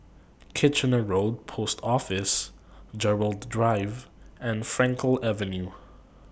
Kitchener Road Post Office Gerald Drive and Frankel Avenue